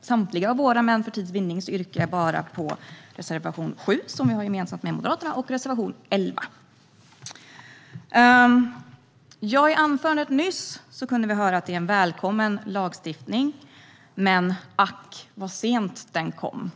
samtliga våra reservationer, men för tids vinnande yrkar jag bifall endast till reservation 7, gemensamt med Moderaterna, och till reservation 11. I det förra anförandet kunde vi höra att lagstiftningen är välkommen, men ack vad sent den kom.